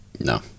no